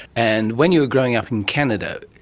and when you were growing up in canada,